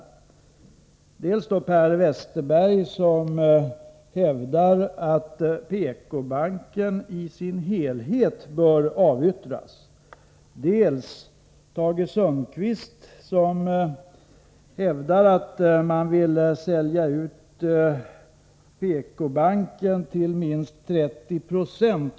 Å ena sidan hävdar Per Westerberg att PK-banken i sin helhet bör avyttras. Å andra sidan menar Tage Sundkvist att minst 30 26 av PK-bankens aktiekapital bör försäljas.